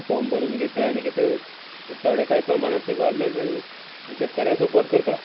form भरून घेता आनी कितें कितें थोडे कांय प्रमाणांत ते गोवरमेंट शेतकऱ्यांक सपोर्ट करता